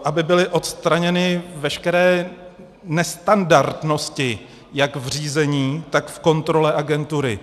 Aby byly odstraněny veškeré nestandardnosti jak v řízení, tak v kontrole agentury.